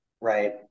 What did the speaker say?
right